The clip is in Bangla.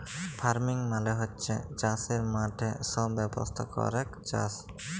ফার্মিং মালে হচ্যে চাসের মাঠে সব ব্যবস্থা ক্যরেক চাস